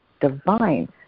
Divine